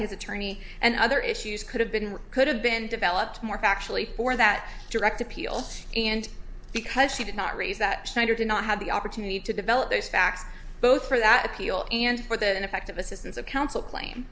his attorney and other issues could have been or could have been developed more factually for that direct appeal and because she did not raise that did not have the opportunity to develop those facts both for that appeal and for the effective assistance of counsel